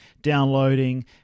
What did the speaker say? downloading